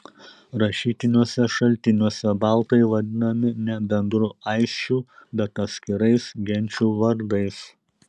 rašytiniuose šaltiniuose baltai vadinami ne bendru aisčių bet atskirais genčių vardais